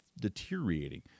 deteriorating